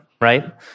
right